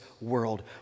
world